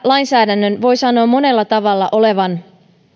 lainsäädännön voi sanoa monella tavalla olevan